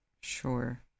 Sure